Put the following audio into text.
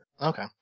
Okay